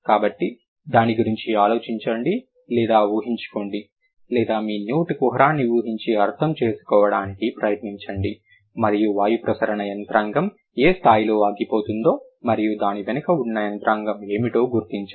కాబట్టి దాని గురించి ఆలోచించండి లేదా ఊహించుకోండి లేదా మీ నోటి కుహరాన్ని ఊహించి అర్థం చేసుకోవడానికి ప్రయత్నించండి మరియు వాయుప్రసరణ యంత్రాంగం ఏ స్థాయిలో ఆగిపోతుందో మరియు దాని వెనుక ఉన్న యంత్రాంగం ఏమిటో గుర్తించండి